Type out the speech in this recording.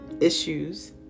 issues